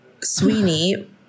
Sweeney